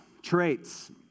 Traits